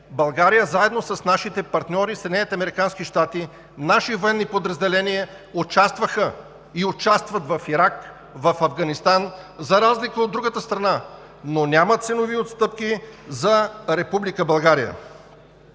България заедно с нашите партньори – Съединените американски щати, наши военни подразделения участваха и участват в Ирак, в Афганистан, за разлика от другата страна, но няма ценови отстъпки за Република България.